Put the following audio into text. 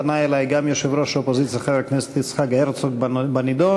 פנה אלי גם יושב-ראש האופוזיציה חבר הכנסת יצחק הרצוג בנדון,